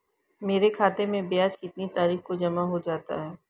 मेरे खाते में ब्याज कितनी तारीख को जमा हो जाता है?